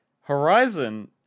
Horizon